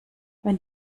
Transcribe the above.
wenn